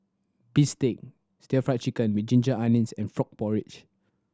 bistake Stir Fry Chicken with ginger onions and frog porridge